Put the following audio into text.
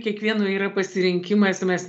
kiekvieno yra pasirinkimas mes